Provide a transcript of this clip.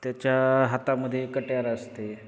त्याच्या हातामध्ये कट्यार असते